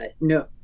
no